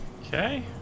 Okay